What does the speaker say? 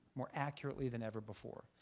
more accurately than ever before.